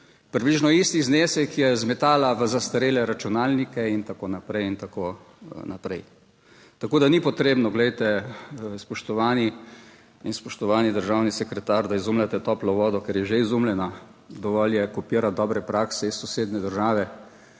približno isti znesek je zmetala v zastarele računalnike in tako naprej in tako naprej. Tako da ni potrebno, glejte, spoštovani in spoštovani državni sekretar, da izumljate toplo vodo, ker je že izumljena. Dovolj je kopirati dobre prakse iz sosednje države